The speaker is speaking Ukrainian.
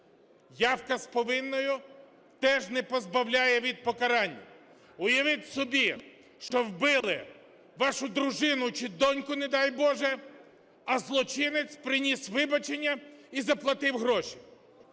Явка з повинною теж не позбавляє від покарань. Уявіть собі, що вбили вашу дружину чи доньку, не дай Боже, а злочинець приніс вибачення і заплатив гроші.